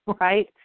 right